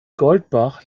goldbach